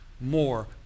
more